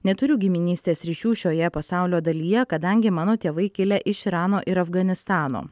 neturiu giminystės ryšių šioje pasaulio dalyje kadangi mano tėvai kilę iš irano ir afganistano